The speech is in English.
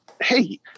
Hey